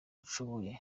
nshoboye